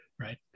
right